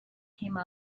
came